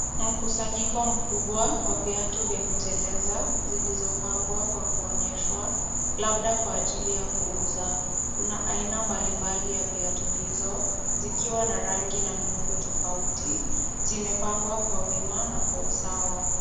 Mkusanyiko mkubwa wa viatu vya kuteleza zilizopangwa kwa kuonyeshwa labda kwa ajili ya kuuza. Kuna aina mbalimbali ya viatu hizo, zikiwa na rangi na miundo tofauti. Zimepangwa kwa wima na kwa usawa.